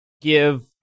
give